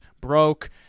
broke